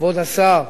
כבוד השר,